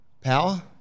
power